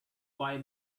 bye